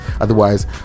Otherwise